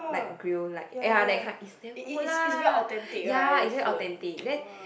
like grill like ya that kind it's damn good lah ya it's very authentic then